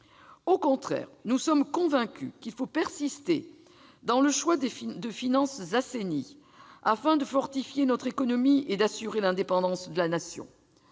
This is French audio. Au contraire, nous sommes convaincus qu'il faut persister dans le choix de finances assainies, afin de fortifier notre économie et d'assurer l'indépendance de la Nation.